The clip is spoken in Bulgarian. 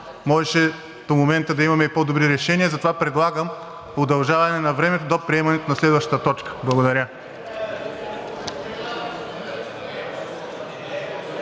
можеше до момента да имаме и по-добри решения, то предлагам удължаване на времето до приемането на следващата точка. Благодаря.